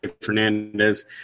Fernandez